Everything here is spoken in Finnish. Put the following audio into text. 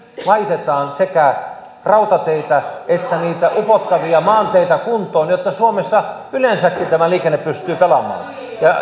laitetaan sekä rautateitä että niitä upottavia maanteitä kuntoon jotta suomessa yleensäkin tämä liikenne pystyy pelaamaan